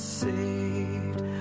saved